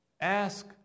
Ask